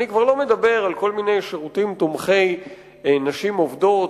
אני כבר לא מדבר על כל מיני שירותים תומכי נשים עובדות,